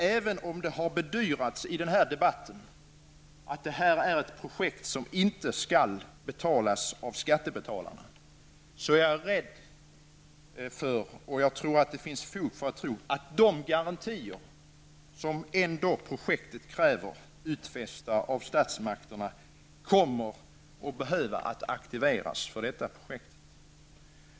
Även om det har bedyrats i denna debatt att detta är ett projekt som inte skall finansieras av skattebetalarna, är jag rädd för att de garantier för projektet som krävs av statsmakterna kommer att behöva aktiveras för detta projekt.